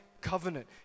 covenant